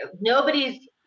nobody's